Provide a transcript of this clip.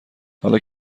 حالا